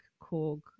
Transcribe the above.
Korg